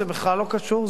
זה בכלל לא קשור,